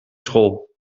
school